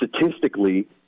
statistically